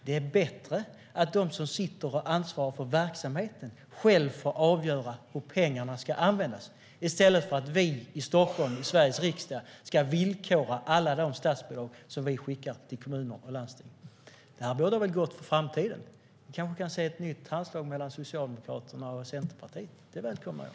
Det är bättre att de som sitter och har ansvar för verksamheten själva får avgöra hur pengarna ska användas än att vi i Stockholm, i Sveriges riksdag, ska villkora alla de statsbidrag som vi skickar till kommuner och landsting. Det här bådar gott för framtiden. Vi kanske kan få se ett nytt handslag mellan Socialdemokraterna och Centerpartiet. Det välkomnar jag.